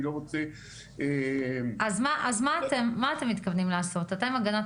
אז מה אתם מתכוונים לעשות?